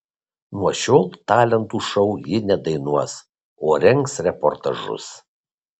nuo šiol talentų šou ji nedainuos o rengs reportažus